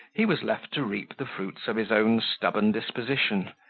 he was left to reap the fruits of his own stubborn disposition,